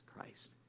Christ